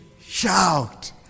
shout